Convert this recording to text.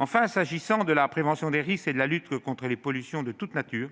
Enfin, s'agissant de la prévention des risques et de la lutte contre les pollutions de toutes natures,